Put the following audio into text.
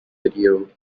video